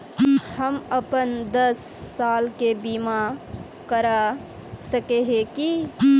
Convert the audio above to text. हम अपन दस साल के बीमा करा सके है की?